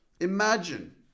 Imagine